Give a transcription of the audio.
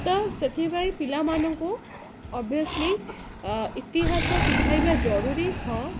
ତ ସେଥିପାଇଁ ପିଲାମାନଙ୍କୁ ଅଭିଅସଲି ଇତିହାସ ଶିଖାଇବା ଜରୁରୀ ହଁ